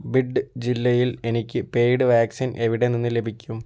ബിഡ്ഡ് ജില്ലയിൽ എനിക്ക് paid vaccine എവിടെ നിന്ന് ലഭിക്കും